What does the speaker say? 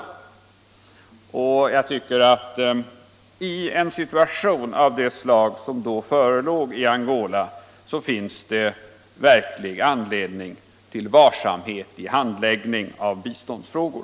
Jag tycker att det i en situation av det slag som då förelåg i Angola finns verklig anledning till varsamhet i handläggningen av biståndsfrågor.